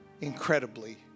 incredibly